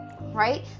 right